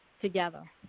together